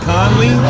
Conley